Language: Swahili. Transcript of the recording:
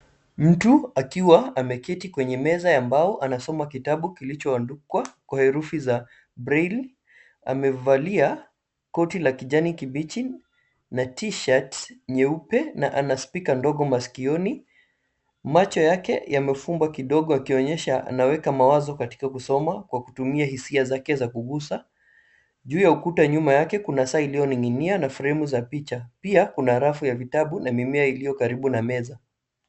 Mtu ,akiwa ameketi kwenye meza ya mbao ,anasoma kitabu kilichoandikwa kwa herufi za braille . Amevalia koti la kijani kibichi na t shirt nyeupe na ana spika ndogo masikioni. Macho yake yamefumbwa kidogo akionyesha anaweka mawazo katika kusoma kwa kutumia hisia zake za kugusa. Juu ya ukuta nyuma yake, kuna saa iliyoning'inia na fremu za picha. Pia, kuna rafu ya vitabu na mimea iliyo karibu na meza.